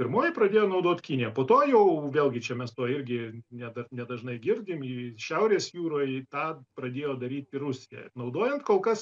pirmoji pradėjo naudot kinija po to jau vėlgi čia mes to irgi ne dar ne dažnai girdim į šiaurės jūroj tą pradėjo daryti rusija naudojant kol kas